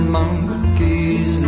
monkeys